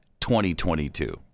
2022